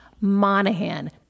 Monahan